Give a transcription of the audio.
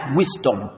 wisdom